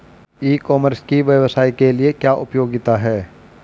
ई commerce की व्यवसाय के लिए क्या उपयोगिता है?